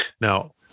Now